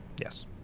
Yes